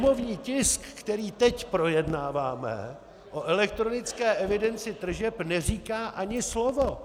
Sněmovní tisk, který teď projednáváme, o elektronické evidenci tržeb neříká ani slovo.